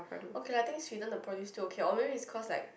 okay lah I think Sweden the produce still okay or maybe it's cause like